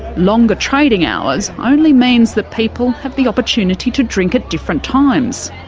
longer trading hours only means that people have the opportunity to drink at different times.